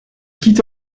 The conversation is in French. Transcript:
quitte